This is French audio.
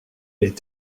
est